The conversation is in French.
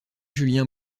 julien